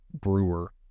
Brewer